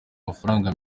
amafaranga